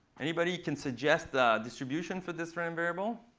anybody can suggest the distribution for this random variable?